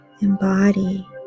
embody